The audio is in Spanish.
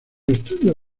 estudio